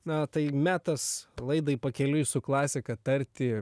na tai metas laidai pakeliui su klasika tarti